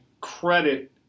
credit